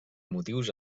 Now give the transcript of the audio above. motius